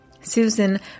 Susan